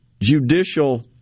judicial